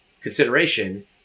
consideration